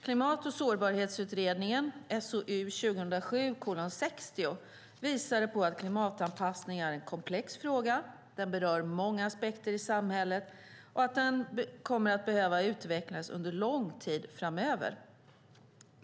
Klimat och sårbarhetsutredningen visade att klimatanpassning är en komplex fråga, att den berör många aspekter i samhället och att den kommer att behöva utvecklas under lång tid framöver.